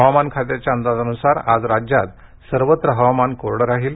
हवामान खात्याच्या अंदाजानुसार आज राज्यात सर्वत्र हवामान कोरडं राहील